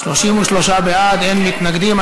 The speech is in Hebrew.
נתקבלו 33 בעד, אין מתנגדים.